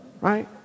Right